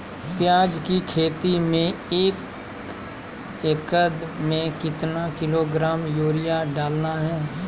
प्याज की खेती में एक एकद में कितना किलोग्राम यूरिया डालना है?